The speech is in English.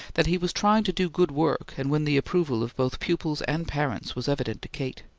that he was trying to do good work and win the approval of both pupils and parents was evident to kate.